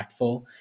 impactful